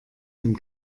dem